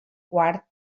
quart